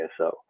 ISO